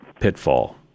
pitfall